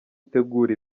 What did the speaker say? itegura